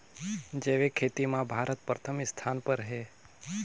जैविक खेती म भारत प्रथम स्थान पर हे